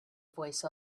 voice